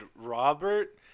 Robert